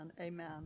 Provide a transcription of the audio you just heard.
amen